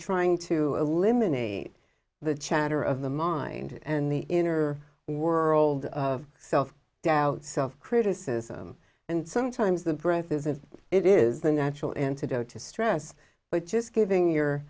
trying to eliminate the chatter of the mind and the inner world of self doubt self criticism and sometimes the breath is of it is the natural antidote to stress but just giving your